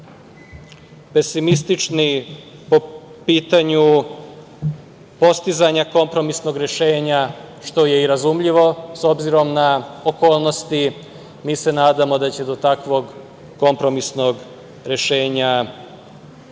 pesimistični po pitanju postizanja kompromisnog rešenja, što je i razumljivo, s obzirom na okolnosti, mi se nadamo da će do takvog kompromisnog rešenja ipak